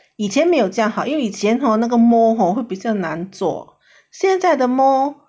以前没有这样好应为以前 hor 那个 mold hor 会比较难做 现在的 mold